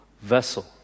vessel